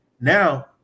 now